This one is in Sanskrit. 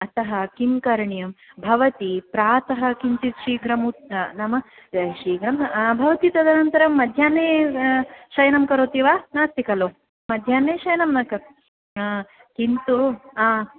अतः किं करणीयम् भवती प्रातः किञ्चित् शीघ्रम् उत्थ् नाम शीघ्रं न भवती तदनन्तरं मध्याह्ने शयनं करोति वा नास्ति खलु मध्याह्ने शयनं न कर्त् किन्तु आ